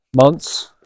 months